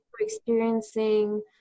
Experiencing